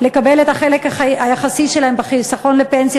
לקבל את החלק היחסי שלהן בחיסכון לפנסיה